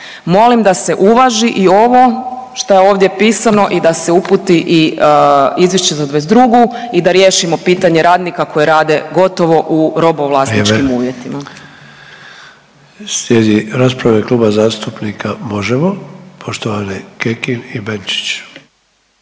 Molim da se uvaži i ovo šta je ovdje pisano i da se uputi i izvješće za '22. i da riješimo pitanje radnika koji rade gotovo u robovlasničkim uvjetima. **Sanader, Ante (HDZ)** Vrijeme. Slijedi rasprava u ime Kluba zastupnika Možemo! poštovane Kekin i Benčić.